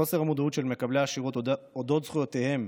חוסר המודעות של מקבלי השירות על אודות זכויותיהם,